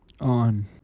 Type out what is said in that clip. on